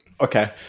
Okay